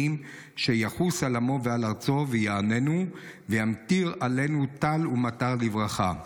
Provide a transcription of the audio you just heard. שיחוס על עמו ועל ארצו ויעננו וימטיר עלינו טל ומטר לברכה".